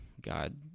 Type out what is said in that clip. God